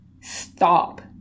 stop